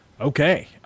okay